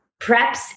preps